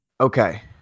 Okay